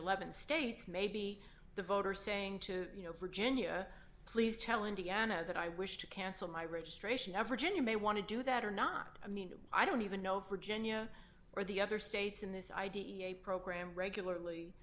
eleven states maybe the voters saying to you know virginia please tell indiana that i wish to cancel my registration average and you may want to do that or not i mean i don't even know virginia or the other states in this i d e a program regularly